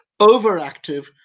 overactive